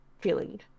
feeling